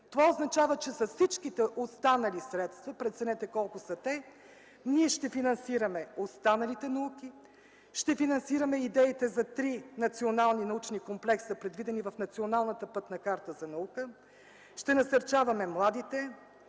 – означава, че с всички останали средства, преценете колко са те, ние ще финансираме останалите науки, ще финансираме идеите за три национални научни комплекса, предвидени в Националната пътна